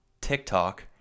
TikTok